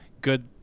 good